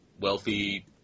wealthy